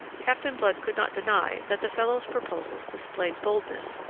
captain blood could not deny that the fellow's proposals displayed boldness,